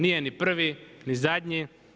Nije ni prvi, ni zadnji.